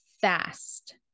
fast